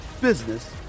business